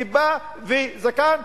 כיפה וזקן,